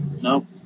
No